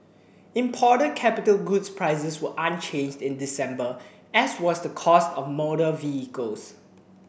imported capital goods prices were unchanged in December as was the cost of motor vehicles